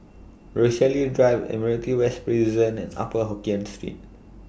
Rochalie Drive Admiralty West Prison and Upper Hokkien Street